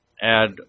add